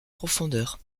profondeur